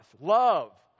Love